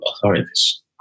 authorities